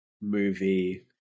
movie